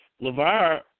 LeVar